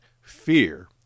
fear